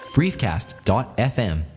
briefcast.fm